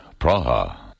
Praha